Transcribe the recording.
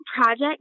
project